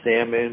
salmon